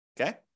okay